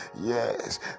Yes